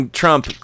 trump